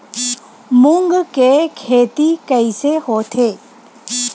मूंग के खेती कइसे होथे?